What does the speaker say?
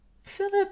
Philip